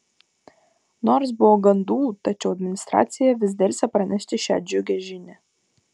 nors buvo gandų tačiau administracija vis delsė pranešti šią džiugią žinią